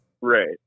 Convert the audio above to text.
Right